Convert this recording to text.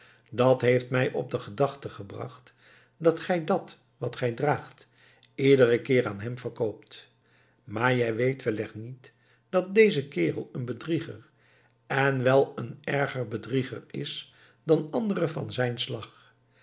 dat heeft mij op de gedachte gebracht dat gij dat wat gij draagt iederen keer aan hem verkoopt maar jij weet wellicht niet dat deze kerel een bedrieger en wel een erger bedrieger is dan andere van zijn slag